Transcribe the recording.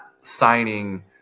signing